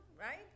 right